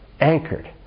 Anchored